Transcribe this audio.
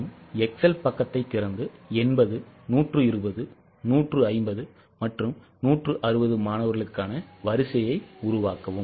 எனவே எக்ஸெல் பக்கத்தை திறந்து 80 120 150 மற்றும் 160 மாணவர்களுக்கான வரிசையை உருவாக்கவும்